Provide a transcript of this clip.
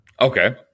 Okay